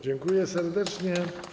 Dziękuję serdecznie.